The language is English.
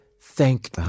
thank